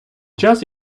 час